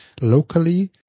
locally